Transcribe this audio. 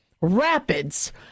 rapids